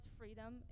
freedom